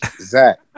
Zach